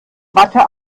watte